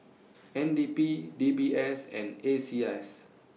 N D P D B S and A C I S